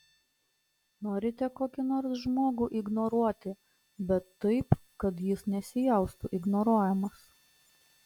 norite kokį nors žmogų ignoruoti bet taip kad jis nesijaustų ignoruojamas